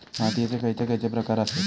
मातीयेचे खैचे खैचे प्रकार आसत?